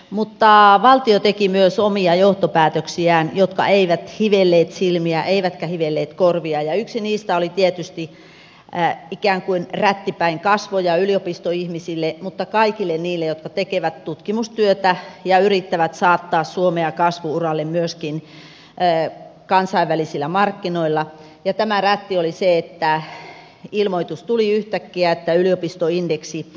mutta valtio teki myös omia johtopäätöksiään jotka eivät hivelleet silmiä eivätkä hivelleet korvia ja yksi niistä oli tietysti ikään kuin rätti päin kasvoja yliopistoihmisille mutta myös kaikille niille jotka tekevät tutkimustyötä ja yrittävät saattaa suomea kasvu uralle myöskin kansainvälisillä markkinoilla ja tämä rätti oli se että yhtäkkiä tuli ilmoitus että yliopistoindeksi jäädytetään